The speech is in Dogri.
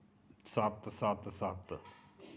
सत्त सत्त सत्त